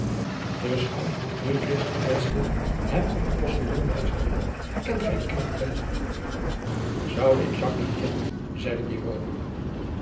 e chout vroeg nu den ligtst gekwetsten hem op den ostiljon wijzende ent gij dien knaap wel oude ik niet kennen zeide